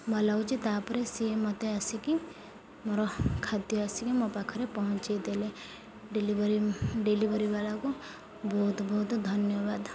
ଭଲ ଲାଗୁଛି ତାପରେ ସିଏ ମୋତେ ଆସିକି ମୋର ଖାଦ୍ୟ ଆସିକି ମୋ ପାଖରେ ପହଞ୍ଚେଇଦେଲେ ଡ଼େଲିଭରି ଡ଼େଲିଭରି ବାଲାକୁ ବହୁତ ବହୁତ ଧନ୍ୟବାଦ